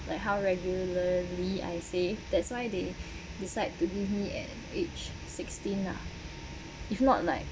like how regularly I say that's why they decide to give me at age sixteen lah if not like